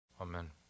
Amen